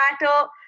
matter